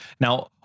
Now